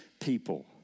people